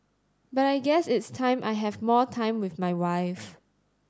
but I guess it's time I have more time with my wife